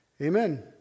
Amen